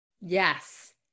yes